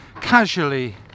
casually